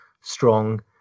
strong